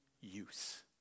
use